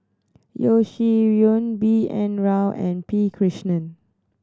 Yeo Shih Yun B N Rao and P Krishnan